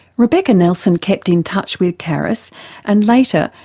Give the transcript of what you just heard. rebecca nelson kept in touch with caris and later,